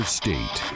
state